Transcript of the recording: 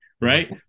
Right